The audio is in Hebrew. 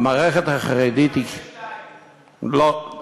42. לא.